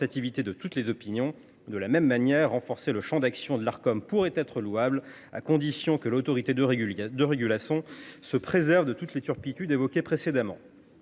de toutes les opinions. De la même manière, renforcer le champ d’action de l’Arcom est louable à condition que cette autorité de régulation se préserve de toutes les turpitudes évoquées précédemment.